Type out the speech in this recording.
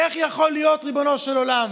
איך יכול להיות, ריבונו של עולם,